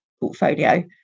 portfolio